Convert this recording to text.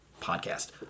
podcast